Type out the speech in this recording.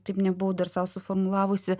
taip nebuvau dar sau suformulavusi